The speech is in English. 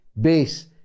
base